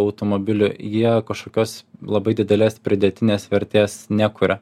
automobilių jie kažkokios labai didelės pridėtinės vertės nekuria